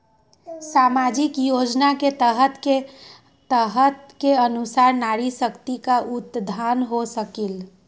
सामाजिक योजना के तहत के अनुशार नारी शकति का उत्थान हो सकील?